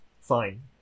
fine